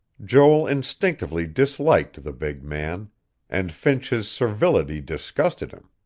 joel instinctively disliked the big man and finch's servility disgusted him.